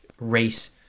race